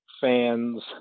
fans